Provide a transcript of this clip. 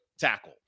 tackle